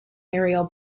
aerial